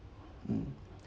mm